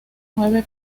nueve